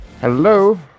Hello